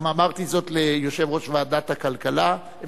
גם אמרתי זאת ליושב-ראש ועדת העבודה,